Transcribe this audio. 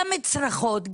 גם צרחות,